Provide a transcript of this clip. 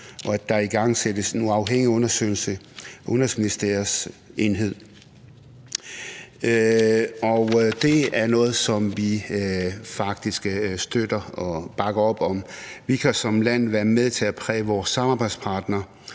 og at der igangsættes en uafhængig undersøgelse af Udenrigsministeriets enhed. Det er noget, som vi faktisk støtter og bakker op om. Vi kan som land være med til at præge vores samarbejdspartnere,